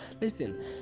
Listen